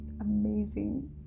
amazing